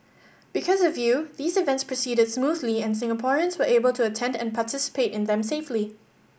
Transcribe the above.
because of you these events proceeded smoothly and Singaporeans were able to attend and participate in them safely